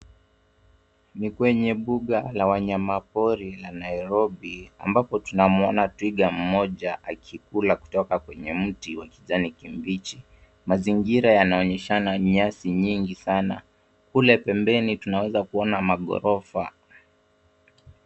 Ni kwenye mbuga la wanyamapori la Nairobi ambapo tunamuona twiga mmoja akikula kutoka kwenye mti wa kijani kibichi. Mazingira yanaonyeshana nyasi nyingi sana. Kule pembeni tunaweza kuona maghorofa.